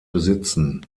besitzen